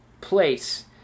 place